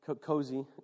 cozy